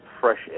Fresh